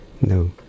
No